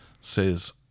says